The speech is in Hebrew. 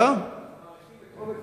אנחנו מעריכים את אומץ